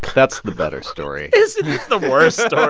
that's the better story isn't this the worst